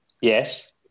Yes